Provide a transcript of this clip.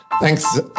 Thanks